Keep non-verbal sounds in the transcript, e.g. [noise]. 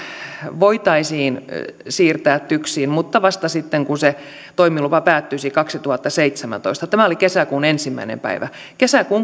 voitaisiin siirtää tyksiin mutta vasta sitten kun se toimilupa päättyisi kaksituhattaseitsemäntoista tämä oli kesäkuun ensimmäinen päivä kesäkuun [unintelligible]